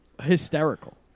hysterical